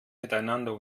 miteinander